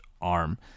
arm